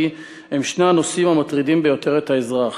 הם שני הנושאים המטרידים ביותר את האזרח.